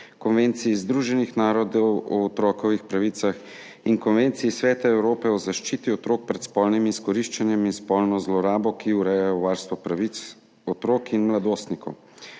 Konvencije Združenih narodov o otrokovih pravicah in Konvencije Sveta Evrope o zaščiti otrok pred spolnim izkoriščanjem in spolno zlorabo, ki urejajo varstvo pravic otrok in mladostnikov.